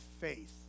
faith